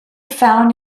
found